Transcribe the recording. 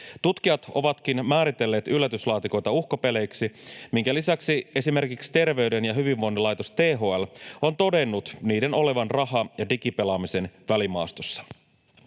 Tutkijat ovatkin määritelleet yllätyslaatikoita uhkapeleiksi, minkä lisäksi esimerkiksi Terveyden ja hyvinvoinnin laitos THL on todennut niiden olevan raha- ja digipelaamisen välimaastossa.